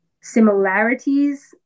similarities